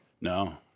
No